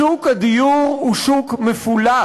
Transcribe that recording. שוק הדיור הוא שוק מפולח.